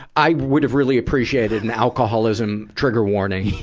i would have really appreciated an alcoholism trigger warning,